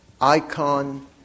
icon